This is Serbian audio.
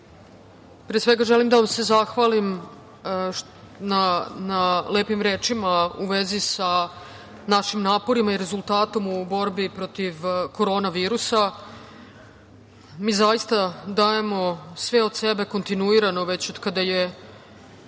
svega, želim da vam se zahvalim na lepim rečima u vezi sa našim naporima i rezultatom u borbi protiv Korona virusa. Mi zaista dajemo sve od sebe kontinuirano već od kada je